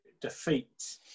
defeat